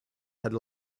had